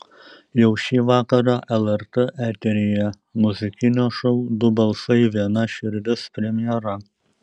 jau šį vakarą lrt eteryje muzikinio šou du balsai viena širdis premjera